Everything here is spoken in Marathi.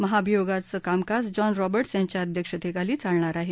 महाभियोगाचं कामकाज जॉन रॉबर्टस यांच्या अध्यक्षतेखाली चालणार आहे